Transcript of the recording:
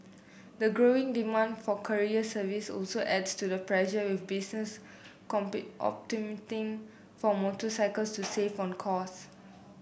the growing demand for courier services also adds to the pressure with businesses for motorcycles to save on costs